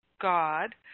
God